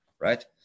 right